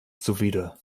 zuwider